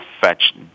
fetch